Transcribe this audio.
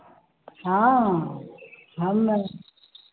हाँ हम